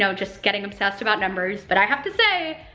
so just getting obsessed about numbers, but i have to say,